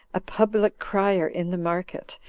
a public crier in the market,